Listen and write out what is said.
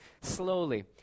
slowly